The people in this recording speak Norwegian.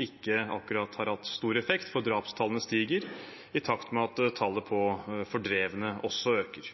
ikke akkurat har hatt stor effekt, for drapstallene stiger, i takt med at tallet på fordrevne også øker.